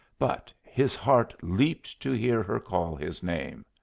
but his heart leaped to hear her call his name.